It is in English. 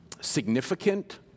significant